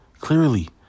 Clearly